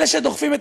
אלה שדוחפים,